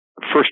First